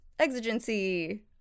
exigency